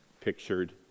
pictured